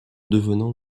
devenant